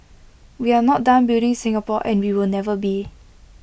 we are not done building Singapore and we will never be